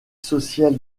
social